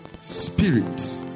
spirit